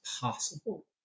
possible